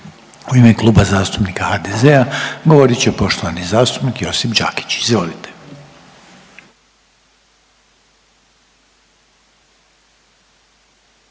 U ime Kluba zastupnika HDZ-a govorit će poštovani zastupnik Andro Krstulović